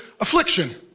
affliction